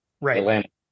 right